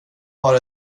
har